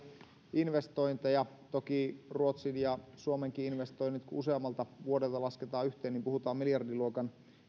investointeja toki ruotsin ja suomenkin investoinneissa useammalta vuodelta lasketaan yhteen puhutaan miljardiluokan